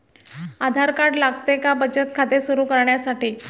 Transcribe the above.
आधार card लागते का बचत खाते सुरू करण्यासाठी?